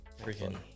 freaking